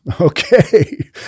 Okay